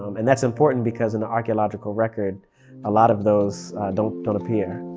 um and that's important because in the archaeological record a lot of those don't don't appear,